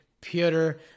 Peter